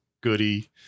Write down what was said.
Goody